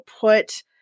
put